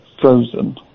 Frozen